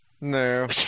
No